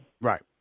Right